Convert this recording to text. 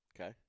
Okay